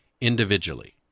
individually